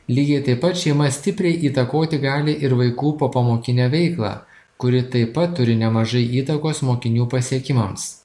lygiai taip pat šeima stipriai įtakoti gali ir vaikų popamokinę veiklą kuri taip pat turi nemažai įtakos mokinių pasiekimams